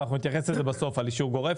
אבל נתייחס לאישור גורף בסוף.